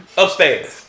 upstairs